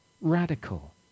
radical